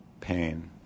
pain